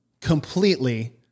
completely